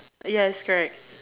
yes correct